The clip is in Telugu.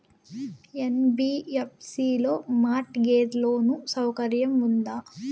యన్.బి.యఫ్.సి లో మార్ట్ గేజ్ లోను సౌకర్యం ఉందా?